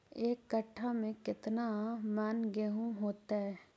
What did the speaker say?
एक कट्ठा में केतना मन गेहूं होतै?